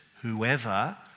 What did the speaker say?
whoever